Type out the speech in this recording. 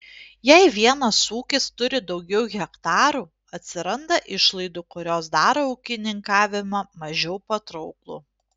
jei vienas ūkis turi daugiau hektarų atsiranda išlaidų kurios daro ūkininkavimą mažiau patrauklų